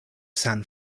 san